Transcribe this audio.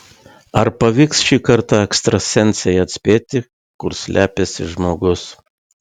ar pavyks šį kartą ekstrasensei atspėti kur slepiasi žmogus